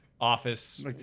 office